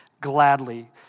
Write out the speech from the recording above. gladly